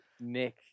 Nick